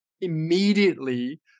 immediately